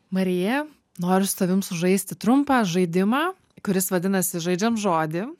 marija noriu su tavim sužaisti trumpą žaidimą kuris vadinasi žaidžiam žodį